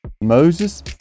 Moses